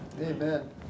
Amen